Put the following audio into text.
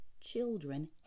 children